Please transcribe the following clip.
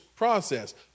process